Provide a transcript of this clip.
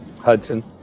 Hudson